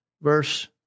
Verse